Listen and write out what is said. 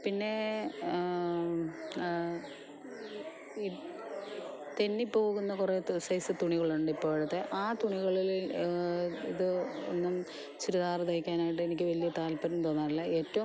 പിന്നെ ഈ തെന്നി പോകുന്ന കുറേ ഇത് സൈസ് തുണികളുണ്ട് ഇപ്പോഴത്തെ ആ തുണികളിൽ ഇത് ഒന്നും ചുരിദാർ തയ്ക്കാനായിട്ട് എനിക്ക് വലിയ താല്പര്യം തോന്നാറില്ല ഏറ്റവും